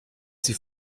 sie